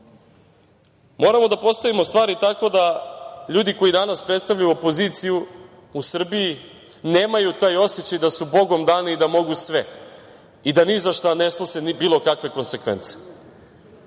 novca. Moramo da postavimo stvari tako da ljudi koji danas predstavljaju opoziciju u Srbiji nemaju taj osećaj da su bogom dani i da mogu sve i da ni za šta ne snose bilo kakve konsekvence. Nedaleko